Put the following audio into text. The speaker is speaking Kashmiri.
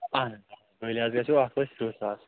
اَہَن حظ بٲے لحاظہ گژھیو اَکھ لَچھ ترٛہ ساس